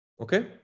Okay